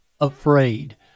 afraid